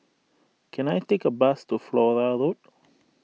can I take a bus to Flora Road